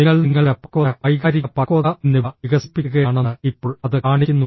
നിങ്ങൾ നിങ്ങളുടെ പക്വത വൈകാരിക പക്വത എന്നിവ വികസിപ്പിക്കുകയാണെന്ന് ഇപ്പോൾ അത് കാണിക്കുന്നു